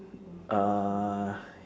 uh